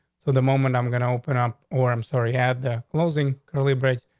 so the moment i'm going to open up or i'm sorry, had the closing curly brace,